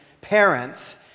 parents